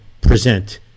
present